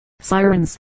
sirens